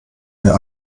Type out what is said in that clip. mehr